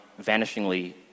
vanishingly